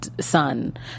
son